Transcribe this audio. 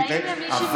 אבל האם למישהו,